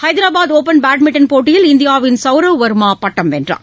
Hyderabad open badminton போட்டியில் இந்தியாவின் சவ்ரவ் வர்மா பட்டம் வென்றார்